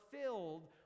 filled